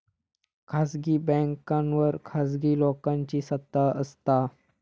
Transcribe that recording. खासगी बॅन्कांवर खासगी लोकांची सत्ता असता